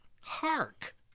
hark